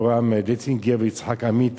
יורם דנציגר ויצחק עמית,